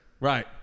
Right